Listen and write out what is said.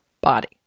body